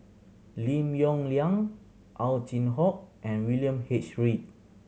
Lim Yong Liang Ow Chin Hock and William H Read